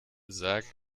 sagen